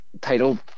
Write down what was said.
title